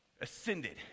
ascended